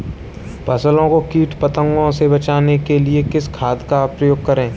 फसलों को कीट पतंगों से बचाने के लिए किस खाद का प्रयोग करें?